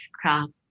craft